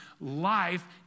Life